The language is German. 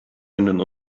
einen